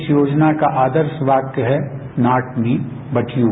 इस योजना का आदर्श वाक्य है नॉट मी बट यू